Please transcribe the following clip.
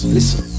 Listen